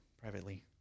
privately